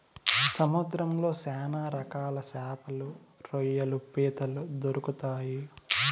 సముద్రంలో శ్యాన రకాల శాపలు, రొయ్యలు, పీతలు దొరుకుతాయి